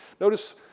Notice